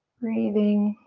breathing.